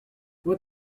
what